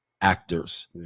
actors